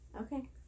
Okay